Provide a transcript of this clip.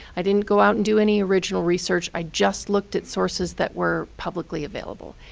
i didn't go out and do any original research. i just looked at sources that were publicly available.